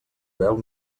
veu